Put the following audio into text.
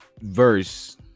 verse